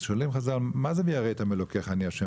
אז שואלים חז"ל מה זה ויראת מאלוקיך, אני השם?